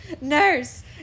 nurse